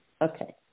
Okay